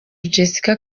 jessica